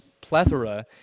plethora